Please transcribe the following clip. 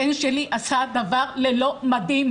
הבן שלי עשה דבר ללא מדים.